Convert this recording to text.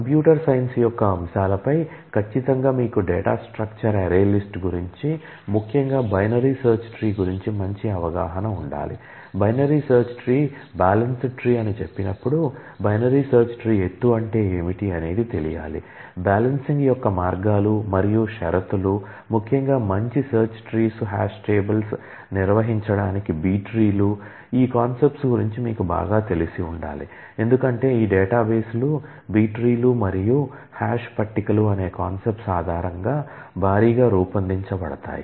computer science యొక్క అంశాలపై ఖచ్చితంగా మీకు డేటా స్ట్రక్చర్ అర్రే లిస్ట్ మరియు హాష్ పట్టికలు అనే కాన్సెప్ట్స్ ఆధారంగా భారీగా రూపొందించబడతాయి